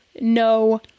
no